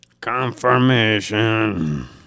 Confirmation